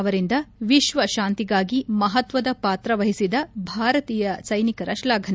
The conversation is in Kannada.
ಅವರಿಂದ ವಿಶ್ವ ಶಾಂತಿಗಾಗಿ ಮಹತ್ವದ ಪಾತ್ರವಹಿಸಿದ ಭಾರತೀಯ ಸ್ಟೆನಿಕರ ಶ್ಲಾಘನೆ